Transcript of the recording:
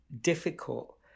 difficult